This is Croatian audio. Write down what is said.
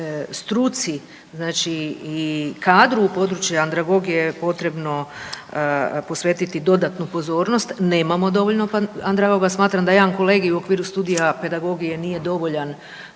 struci i kadru u području andragogije potrebno posvetiti dodatnu pozornost. Nemamo dovoljno andragoga, smatram da jedan kolegij u okviru studija pedagogije nije dovoljan